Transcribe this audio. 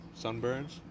Sunburns